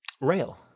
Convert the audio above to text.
Rail